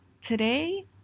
today